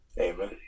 Amen